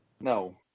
no